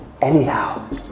anyhow